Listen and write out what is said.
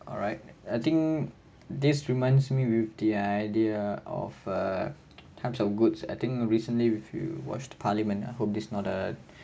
alright I think this reminds me with the idea of a types of goods I think recently if you watched the parliament I hope this not a